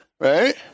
right